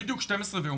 בדיוק 12 ויומיים.